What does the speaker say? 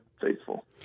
faithful